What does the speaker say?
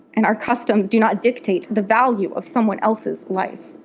and our customs do not dictate the value of someone else's life.